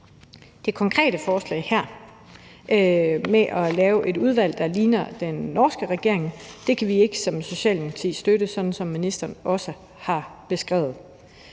Det konkrete forslag her om at nedsætte et udvalg, der ligner det, som den norske regering har nedsat, kan vi i Socialdemokratiet ikke støtte, sådan som ministeren også har beskrevet.